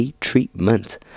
treatment